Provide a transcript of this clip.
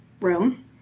room